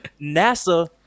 NASA